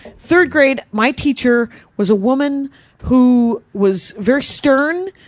third grade, my teacher was a woman who was very stern,